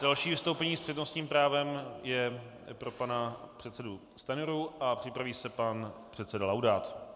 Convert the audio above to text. Další vystoupení s přednostním právem je pro pana předsedu Stanjuru a připraví se pan předseda Laudát.